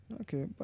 Okay